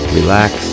relax